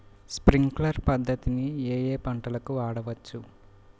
Sprinkler పద్ధతిని ఏ ఏ పంటలకు వాడవచ్చు?